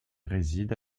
réside